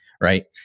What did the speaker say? right